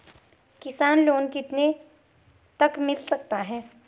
किसान लोंन कितने तक मिल सकता है?